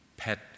pet